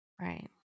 Right